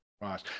Right